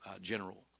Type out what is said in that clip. general